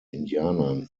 indianern